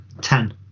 ten